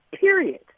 Period